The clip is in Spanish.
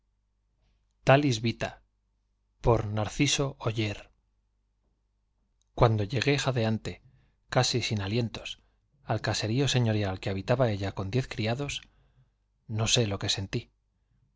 por cuando llegué jadeante casi sin alientos al caserón habitaba ella con diez criados no sé lo señorial que